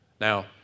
Now